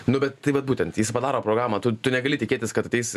nu bet tai vat būtent jis padaro programą tu tu negali tikėtis kad ateis